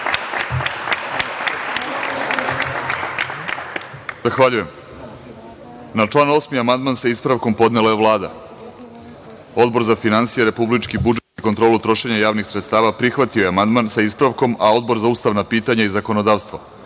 Zahvaljujem. Na član 8. amandman, sa ispravkom, podnela je Vlada. Odbor za finansije, republički budžet i kontrolu trošenja javnih sredstava prihvatio je amandman sa ispravkom, a Odbor za ustavna pitanja i zakonodavstvo